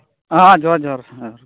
ᱦᱮᱸ ᱡᱚᱦᱟᱨ ᱡᱚᱦᱟᱨ ᱦᱮᱸ ᱫᱟᱫᱟ